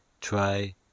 Try